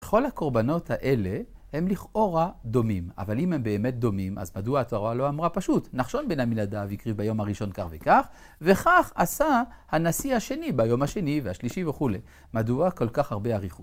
כל הקורבנות האלה הם לכאורה דומים. אבל אם הם באמת דומים, אז מדוע התורה לא אמרה פשוט, נחשון בן עמינדב יקריב ביום הראשון כך וכך, וכך עשה הנשיא השני ביום השני והשלישי וכולי. מדוע כל כך הרבה אריכות?